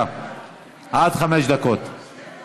הצעת חוק הגנת הצרכן התקבלה בקריאה